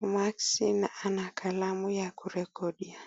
maski na ana kalamu ya kurekodia.